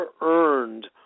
earned